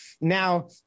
Now